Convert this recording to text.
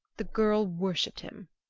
the girl worshipped him.